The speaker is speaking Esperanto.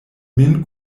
min